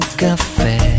café